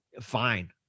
fine